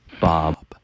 Bob